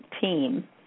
team